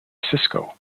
cisco